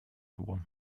want